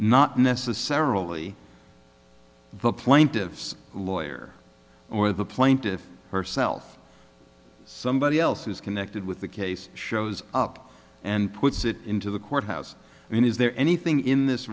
not necessarily the plaintiff's lawyer or the plaintiff herself somebody else who is connected with the case shows up and puts it into the courthouse i mean is there anything in this